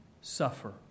suffer